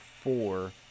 Four